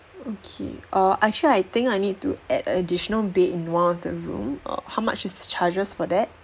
okay err actually I think I need to add additional bed in one of the room err how much is the charges for that